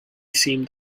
seemed